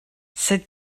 sed